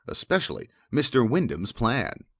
especially mr. wyndham's plan.